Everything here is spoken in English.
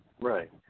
Right